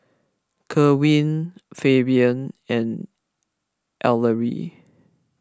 Kerwin Fabian and Ellery